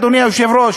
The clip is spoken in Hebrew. אדוני היושב-ראש,